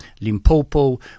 Limpopo